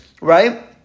right